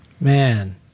Man